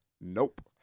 nope